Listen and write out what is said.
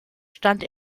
stand